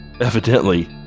Evidently